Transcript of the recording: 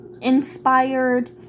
inspired